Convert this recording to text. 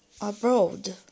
abroad